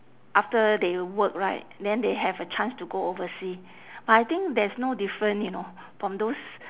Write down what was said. after they work right then they have a chance to go oversea but I think there is no different you know from those